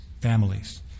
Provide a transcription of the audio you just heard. families